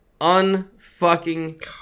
Unfucking